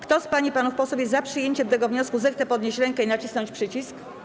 Kto z pań i panów posłów jest za przyjęciem tego wniosku, zechce podnieść rękę i nacisnąć przycisk.